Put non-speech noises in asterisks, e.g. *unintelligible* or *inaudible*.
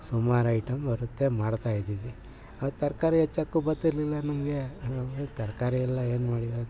ಸುಮಾರು ಐಟಮ್ ಬರುತ್ತೆ ಮಾಡ್ತಾಯಿದ್ದೀವಿ ಅದು ತರಕಾರಿ ಹೆಚ್ಚೋಕ್ಕೂ ಬರ್ತಿರ್ಲಿಲ್ಲ ನಮಗೆ *unintelligible* ನಮಗೆ ತರಕಾರಿಯೆಲ್ಲ ಏನು ಮಾಡಿ *unintelligible*